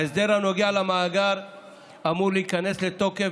ההסדר הנוגע למאגר אמור להיכנס לתוקף